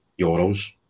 euros